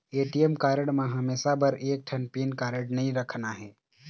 ATM card म हमेशा बर एक ठन पिन काबर नई रखना हे?